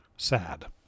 sad